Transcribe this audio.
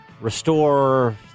restore